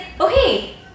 okay